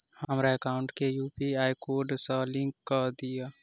हमरा एकाउंट केँ UPI code सअ लिंक कऽ दिऽ?